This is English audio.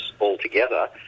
altogether